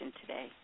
today